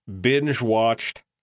Binge-watched